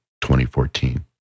2014